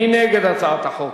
מי נגד הצעת החוק?